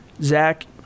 Zach